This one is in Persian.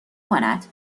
کند